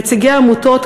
נציגי עמותות,